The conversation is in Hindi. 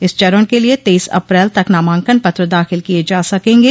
इस चरण के लिये तेईस अप्रैल तक नामांकन पत्र दाखिल किये जा सकेंगे